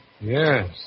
Yes